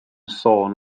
sôn